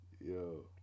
Yo